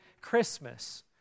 Christmas